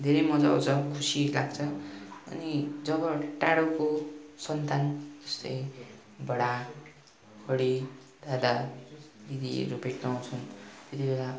धेरै मजा आउँछ खुसी लाग्छ अनि जब टाढोको सन्तान जस्तै बडा बडी दादा दिदीहरू भेट्न आउँछन् त्यति बेला